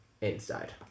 inside